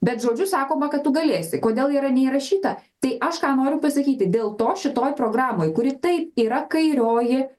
bet žodžiu sakoma kad tu galėsi kodėl yra neįrašyta tai aš ką noriu pasakyti dėl to šitoj programoj kuri taip yra kairioji